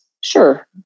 Sure